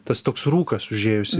tas toks rūkas užėjus